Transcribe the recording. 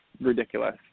ridiculous